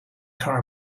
car